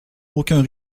aucun